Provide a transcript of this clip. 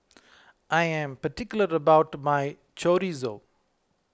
I am particular about my Chorizo